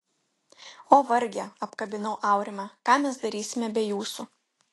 o varge apkabinau aurimą ką mes darysime be jūsų